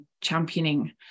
championing